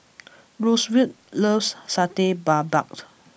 Roosevelt loves Satay Babat